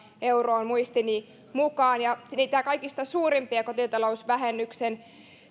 euroon muistini mukaan ja niitä kaikista suurimpia kotitalousvähennyksen